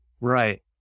Right